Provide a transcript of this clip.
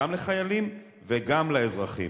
גם לחיילים וגם לאזרחים.